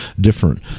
different